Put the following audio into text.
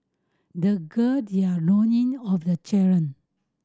they gird their loin of the challenge